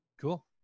Cool